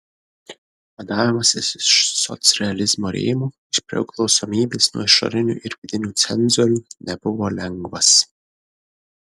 vadavimasis iš socrealizmo rėmų iš priklausomybės nuo išorinių ir vidinių cenzorių nebuvo lengvas